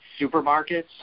supermarkets